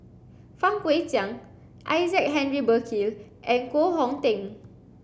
Fang Guixiang Isaac Henry Burkill and Koh Hong Teng